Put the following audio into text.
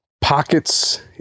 pockets